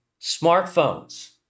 smartphones